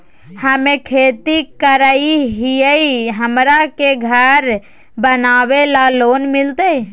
हमे खेती करई हियई, हमरा के घर बनावे ल लोन मिलतई?